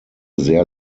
sehr